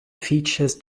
features